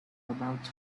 about